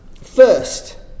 first